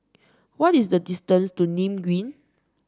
what is the distance to Nim Green